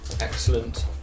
Excellent